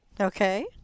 Okay